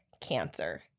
cancer